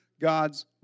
God's